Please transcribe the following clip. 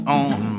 on